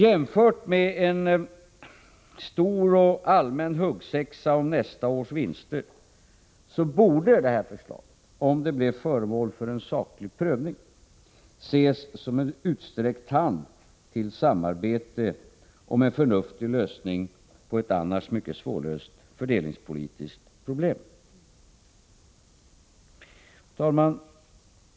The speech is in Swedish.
Jämfört med en stor och allmän huggsexa om nästa års vinster borde det här förslaget, om det blir föremål för en saklig prövning, ses som en utsträckt hand till samarbete om en förnuftig lösning på ett annars mycket svårlöst fördelningspolitiskt problem. Fru talman!